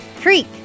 Creek